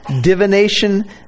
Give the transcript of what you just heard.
divination